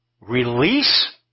release